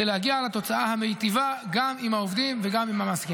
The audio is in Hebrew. להגיע לתוצאה המיטיבה גם עם העובדים וגם עם המעסיקים.